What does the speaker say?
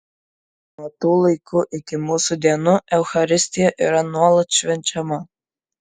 nuo tų laikų iki mūsų dienų eucharistija yra nuolat švenčiama